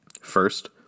First